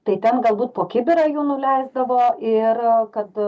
tai ten galbūt po kibirą jų nuleisdavo ir kad